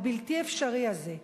הבלתי-אפשרי הזה,